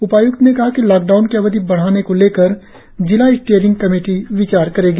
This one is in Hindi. उपाय्क्त ने कहा कि लॉकडाउन की अवधि बढ़ाने को लेकर जिला स्टियरिंग कमेटी विचार करेगी